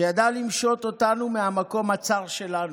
שידע למשות אותנו מהמקום הצר שלנו,